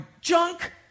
junk